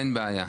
אין בעיה,